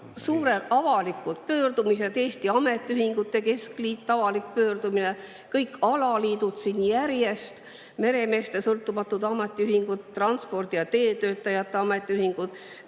suured avalikud pöördumised, nagu Eesti Ametiühingute Keskliidu avalik pöördumine, siis tulid kõik alaliidud siin järjest, meremeeste sõltumatu ametiühing, transpordi- ja teetöötajate ametiühing,